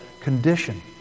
condition